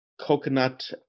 coconut